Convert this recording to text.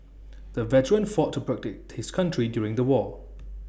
the veteran fought to protect his country during the war